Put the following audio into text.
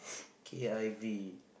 K_I_V